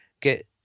get